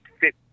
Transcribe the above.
fit